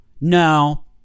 No